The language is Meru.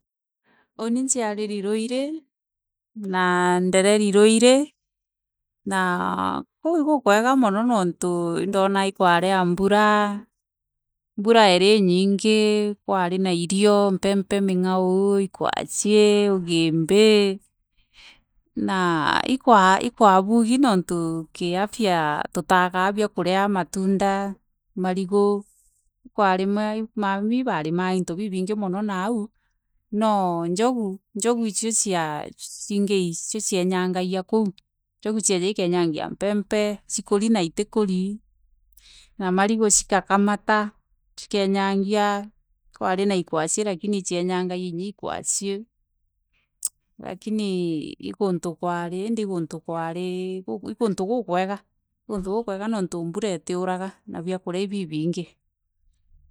Uuni ciariri ruiri naaa ndereri ruiri na kuu ikukwe ga mono niuntu indonaga ikwari na mbura mbura eri enyingi ikwari na irio mpempe mingao ikwacie ugimbii na ikwa ikwabugi niuntu kiafya tutanyaa biakuria matunda marigu ikwarimangwa mamii ibaremaga into bibingi mono nau no njogu njogu icio ciingei icio cienyangagiu kou njogu cieja ikaenyangia mpempe cikuri na itikuri na marigu cigakamata cikaenyangia ikwari na ikwali lakini icienyangagia ikwaci lakini i kuntu kwari indi ii kuntu kukwega kuntu kukwega niuntu mbura itiuraga na biakuria i bibingi.